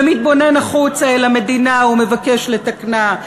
ומתבונן החוצה אל המדינה ומבקש לתקנה,